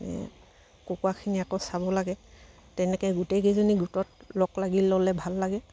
কুকুৰাখিনি আকৌ চাব লাগে তেনেকৈ গোটেইকেইজনী গোটত লগ লাগি ল'লে ভাল লাগে